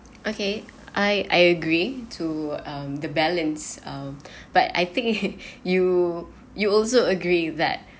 okay I I agree to um the balance um but I think you you also agree that